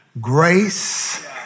grace